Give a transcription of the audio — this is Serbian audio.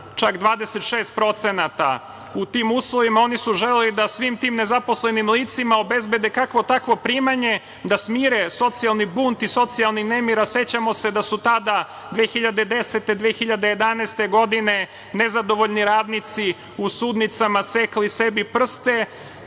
čak 26%. U tim uslovima oni su želeli da svim tim nezaposlenim licima obezbede kakvo takvo primanje, da smire socijalni bunt i socijalni nemir.Sećamo se da su tada 2010. godine i 2011. godine nezadovoljni radnici u sudnicama sekli sebi prste